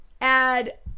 add